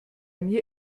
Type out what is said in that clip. mir